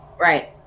Right